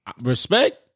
respect